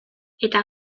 eta